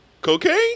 Cocaine